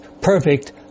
perfect